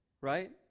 Right